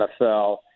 NFL